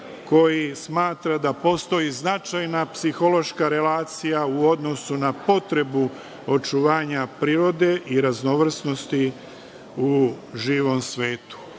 koji smatra da postoji značajna psihološka relacija u odnosu na potrebu očuvanja prirode i raznovrsnosti u živom svetu.